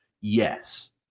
yes